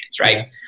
right